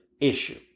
issue